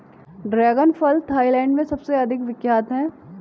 dragon फल Thailand में सबसे अधिक विख्यात है